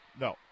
No